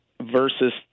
versus